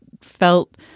felt